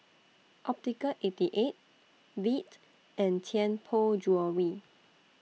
Optical eighty eight Veet and Tianpo Jewellery